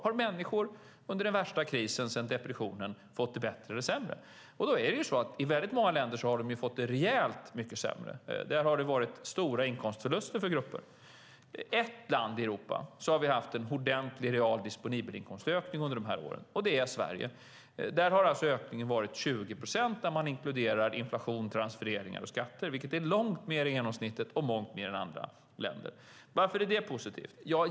Har människor under den värsta krisen sedan depressionen fått det bättre eller sämre? I väldigt många länder har de fått det rejält mycket sämre. Där har det varit stora inkomstförluster för grupper. I ett land i Europa har vi haft en ordentlig, real disponibelinkomstökning under de här åren, och det är Sverige. Där har ökningen varit 20 procent när man inkluderar inflation, transfereringar och skatter, vilket är långt mer än genomsnittet och långt mer än andra länder. Varför är då det positivt?